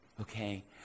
okay